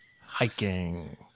hiking